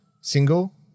Single